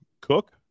Cook